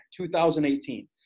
2018